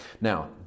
Now